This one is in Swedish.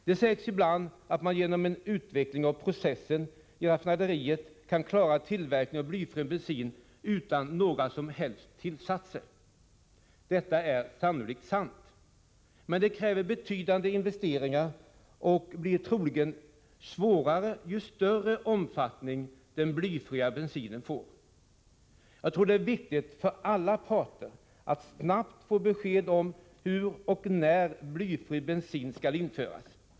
Det sägs ibland att man genom en utveckling av processen i raffinaderiet kan klara tillverkningen av blyfri bensin utan några som helst tillsatser. Detta är förmodligen sant, men det kräver betydande investeringar och blir troligen svårare ju större omfattning användningen av den blyfria bensinen får. Jag tror att det är viktigt för alla parter att snabbt få besked om hur och när blyfri bensin skall införas.